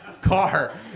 car